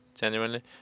genuinely